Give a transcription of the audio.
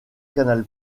canal